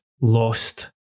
lost